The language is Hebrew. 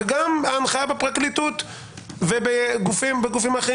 וגם הנחיית היועץ בפרקליטות ובגופים האחרים